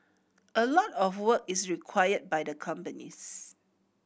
a lot of work is required by the companies